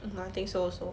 I think so also